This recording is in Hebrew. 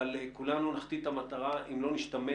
ושכולנו נחטיא את המטרה אם לא נשתמש